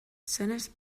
senez